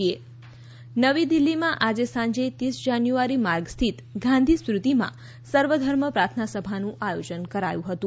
ગાંધી સ્મૃતિ નવી દિલ્ફીમાં આજે સાંજે તીસ જાન્યુઆરી માર્ગ સ્થિત ગાંધી સ્મૃતિમાં સર્વધર્મ પ્રાર્થના સભાનું આયોજન કરાયું હતું